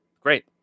Great